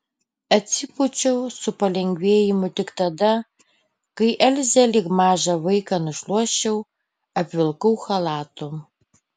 atsipūčiau su palengvėjimu tik tada kai elzę lyg mažą vaiką nušluosčiau apvilkau chalatu